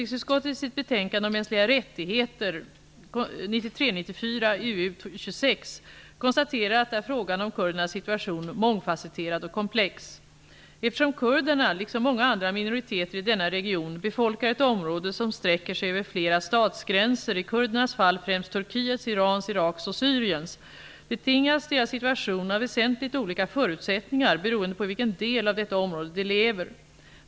konstaterat är frågan om kurdernas situation mångfacetterad och komplex. Eftersom kurderna, liksom många andra minoriteter i denna region, befolkar ett område som sträcker sig över flera statsgränser -- i kurdernas fall främst Turkiets, Irans, Iraks och Syriens -- betingas deras situation av väsentligt olika förutsättningar beroende på i vilken del av detta område de lever.